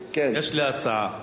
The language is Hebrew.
יש לי הצעה.